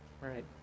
Right